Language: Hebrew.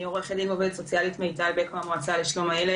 עורכת דין ועובדת סוציאלית מיטל בק מהמועצה לשלום הילד.